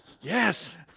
Yes